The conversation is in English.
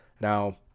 Now